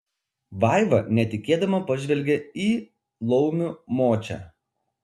vaiva netikėdama pažvelgė į laumių močią